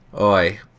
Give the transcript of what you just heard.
Oi